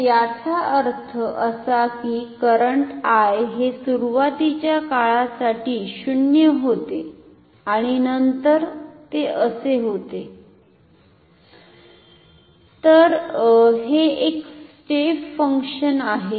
तर याचा अर्थ असा की I हे सुरुवातीच्या काळासाठी 0 होते आणि नंतर ते असे होते तर हे एक स्टेप फंक्शन आहे